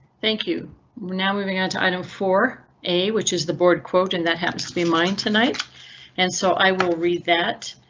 thank you now moving on titan four a which is the board quote and that happens to be mine tonight and so i will read that